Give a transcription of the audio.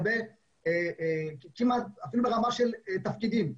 אפילו ברמה של תפקידים,